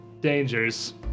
dangers